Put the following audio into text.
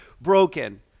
broken